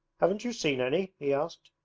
haven't you seen any he asked.